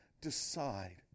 decide